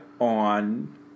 on